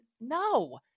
no